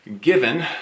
given